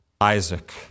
Isaac